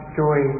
joy